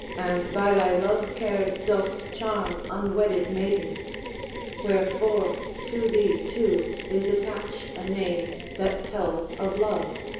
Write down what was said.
and by thy love-cares dost charm unwedded maidens wherefore to thee too is attached a name that tells of love.